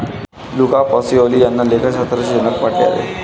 Luca Pacioli यांना लेखाशास्त्राचे जनक मानले जाते